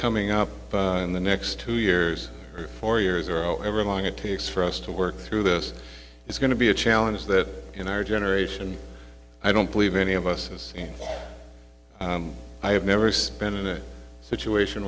coming up in the next two years or four years or oh never mind it takes for us to work through this is going to be a challenge that in our generation i don't believe any of us has seen i have never spent in a situation